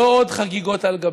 לא עוד חגיגות על גבנו.